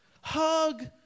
Hug